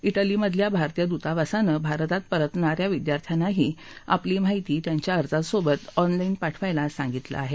इटलीमधल्या भारतीय दूतावासानं भारतात परतणाऱ्या विद्यार्थ्यांनाही आपली माहिती त्यांच्या अर्जासोबत ऑनलाईन पाठवायला सांगितलं आहे